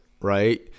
Right